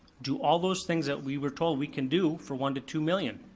do all those things that we were told we can do for one to two million.